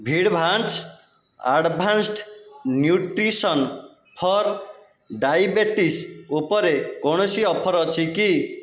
Vidavance advanced nutrition for diabetes ଉପରେ କୌଣସି offer ଅଛି କି